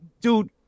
dude